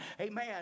Amen